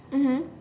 mmhmm